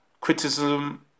criticism